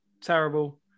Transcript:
terrible